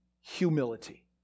humility